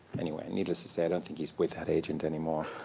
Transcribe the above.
anyway, needless to say, i don't think he's with that agent anymore.